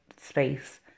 space